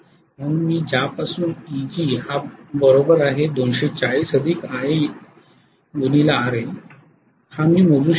म्हणून मी ज्यापासून Eg240IaRa मोजू शकतो